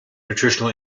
nutritional